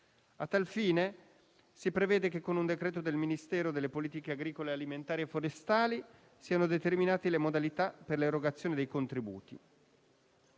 A tal fine si prevede che, con un decreto del Ministro delle politiche agricole, alimentari e forestali, siano determinate le modalità per l'erogazione dei contributi.